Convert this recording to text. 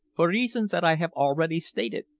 for reasons that i have already stated.